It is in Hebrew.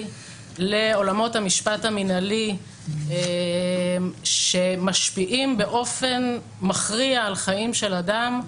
לעולמות המשפט המינהלי שמשפיעים באופן מכריע על חיים של אדם,